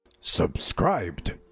Subscribed